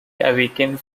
awakens